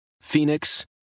Phoenix